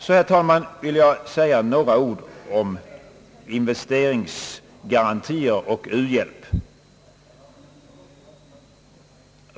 Så, herr talman, vill jag säga några ord om investeringsgarantier och uhjälp.